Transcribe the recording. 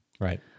Right